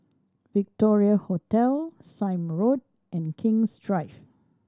Victoria Hotel Sime Road and King's Drive